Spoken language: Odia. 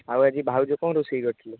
ଆଉ ଆଜି ଭାଉଜ କ'ଣ ରୋଷେଇ କରିଥିଲେ